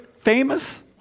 famous